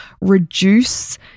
reduce